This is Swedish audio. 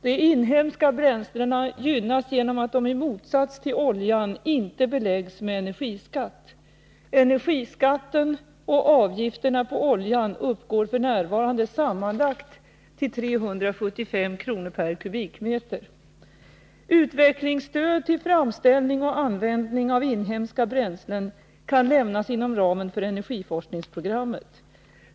De inhemska bränslena gynnas genom att de i motsats till oljan inte beläggs med energiskatt. Energiskatten och avgifterna på oljan uppgår f.n. till sammanlagt 375 kr./m?. Utvecklingsstöd till framställning och användning av inhemska bränslen kan lämnas inom ramen för energiforskningsprogrammet.